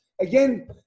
again